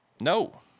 no